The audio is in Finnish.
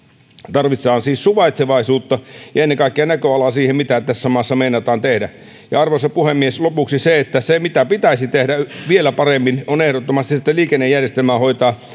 tarvitaan siis suvaitsevaisuutta ja ennen kaikkea näköalaa siihen mitä tässä maassa meinataan tehdä arvoisa puhemies lopuksi se mitä pitäisi tehdä vielä paremmin on ehdottomasti se että liikennejärjestelmää hoidetaan